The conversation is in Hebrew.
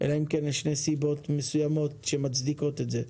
אלא אם כן יש נסיבות מסוימות שמצדיקות את זה.